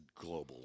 global